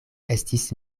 estis